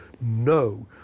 No